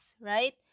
right